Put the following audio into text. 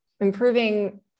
improving